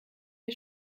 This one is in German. wir